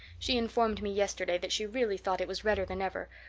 she informed me yesterday that she really thought it was redder than ever,